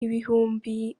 ibihumbi